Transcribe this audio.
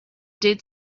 dead